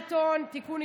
הלבנת הון (תיקון,